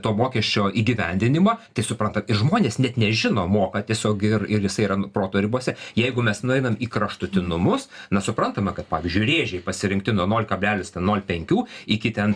to mokesčio įgyvendinimą tai supranta ir žmonės net nežino moka tiesiog ir ir jisai yra nu proto ribose jeigu mes nueinam į kraštutinumus na suprantame kad pavyzdžiui rėžiai pasirinkti nuo nol kablelis ten nol penkių iki ten